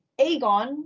Aegon